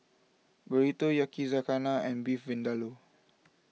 Burrito Yakizakana and Beef Vindaloo